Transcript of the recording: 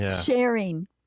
sharing